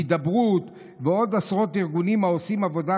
למי אתה